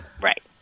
Right